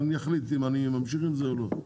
אני אחליט אם אני ממשיך עם זה או לא,